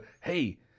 hey